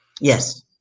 Yes